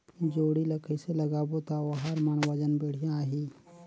जोणी ला कइसे लगाबो ता ओहार मान वजन बेडिया आही?